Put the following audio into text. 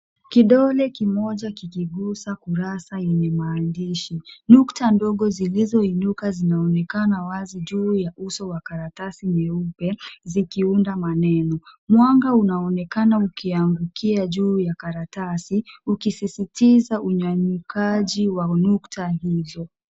Kidole kimoja kikigusa kurasa yenye maandishi. Nukta ndogo zilizoinuka zinaonekana wazi juu ya uso wa karatasi nyeupe zikiunda maneno. Mwanga unaonekana ukiangukia juu ya karatasi ukisisitiza unyanyukaji wa nukta hizo.